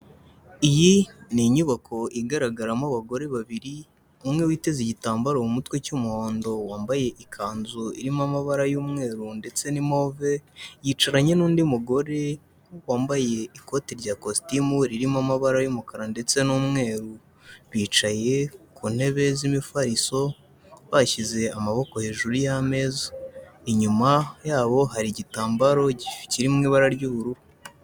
Iyi ni inyubako igaragaramo abagore babiri, umwe witeze igitambaro mu mutwe cy'umuhondo wambaye ikanzu irimo amabara y'umweru ndetse na move, yicaranye n'undi mugore wambaye ikoti rya kositimu ririmo amabara y'umukara ndetse n'umweru, bicaye ku ntebe z'imifariso, bashyize amaboko hejuru y'ameza, inyuma yabo hari igitambaro kiri mu ibara ry'ubururu.